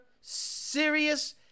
serious